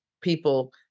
people